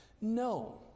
No